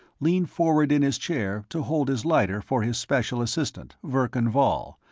leaned forward in his chair to hold his lighter for his special assistant, verkan vall,